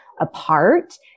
apart